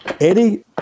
Eddie